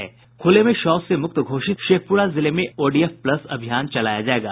ख़ुले में शौच से मुक्त घोषित शेखपुरा जिले में अब ओडीएफ प्लस अभियान चलाया जायेगा